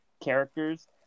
characters